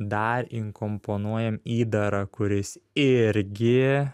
dar įkomponuojam įdarą kuris irgi